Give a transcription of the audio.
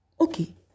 Okay